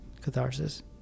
catharsis